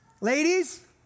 Ladies